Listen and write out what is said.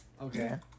okay